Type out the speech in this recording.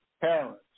parents